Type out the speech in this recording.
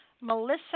Melissa